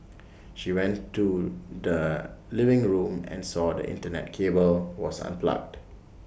she went to the living room and saw the Internet cable was unplugged